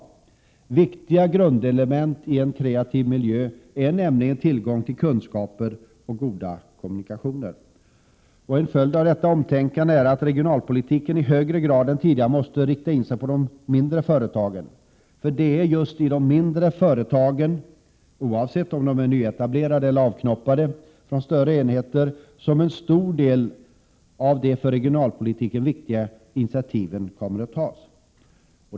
Ett viktigt grundelement i en kreativ miljö är nämligen tillgången till kunskaper och goda kommunikationer. En följd av detta omtänkande är att regionalpolitiken i högre grad än tidigare måste inriktas på de mindre företagen. Det är ju just i de mindre företagen, oavsett om dessa är nyetablerade eller ”avknoppade” från större enheter, som en stor del av de för regionalpolitiken viktiga initiativen kommer att tas.